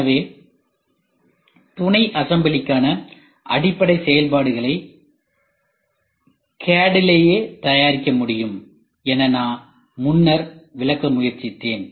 எனவே துணை அசெம்பிளிகான அடிப்படை செயல்பாடுகளை CAD லேயே தயாரிக்க முடியும் என நான் முன்னர் விளக்க முயற்சித்தேன்